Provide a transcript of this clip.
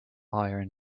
iron